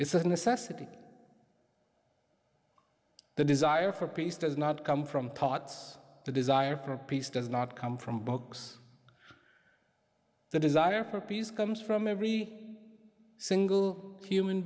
it's a necessity the desire for peace does not come from thoughts the desire for peace does not come from books the desire for peace comes from every single human